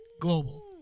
global